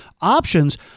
options